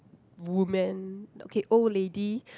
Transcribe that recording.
woman okay old lady